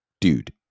dude